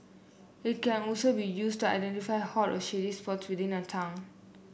it can also be used to identify hot or shady within a town